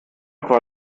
war